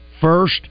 First